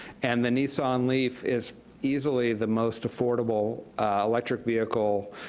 and the nissan leaf is easily the most affordable electric vehicle,